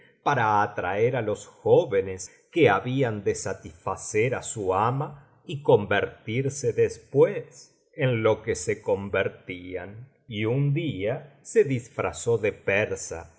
para atraerá los jóvenes que habían de satisfacer a su ama y convertirse después en lo que se convertían y un día se disfrazó de persa